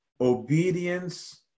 obedience